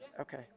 Okay